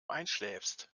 einschläfst